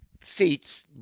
seats